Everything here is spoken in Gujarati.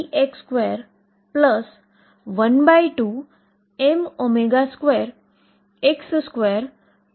જે હવે હું સ્પેસ વિસ્તાર ψ x t ની દ્રષ્ટિએ વાત કરીશ